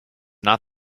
not